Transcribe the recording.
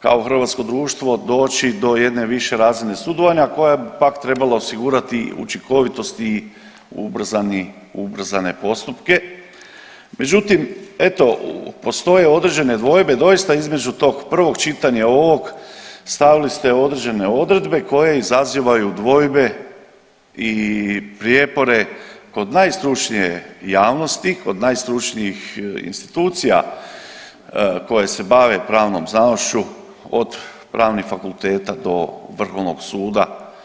kao hrvatsko društvo doći do jedne više razine sudovanja koja bi pak trebala osigurati učinkovitost i ubrzani, ubrzane postupke, međutim, eto postoje određene dvojbe doista između tog prvog čitanja i ovog stavili ste određene odredbe koje izazivaju dvojbe i prijepore kod najstručnije javnosti, kod najstručnijih institucija koje se bave pravnom znanošću od pravnih fakulteta do vrhovnog suda.